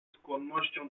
skłonnością